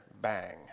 bang